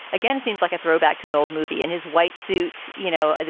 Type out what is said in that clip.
again, seems like a throwback to an old movie and his white suit. you know,